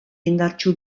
indartsu